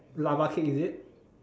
lava cake is it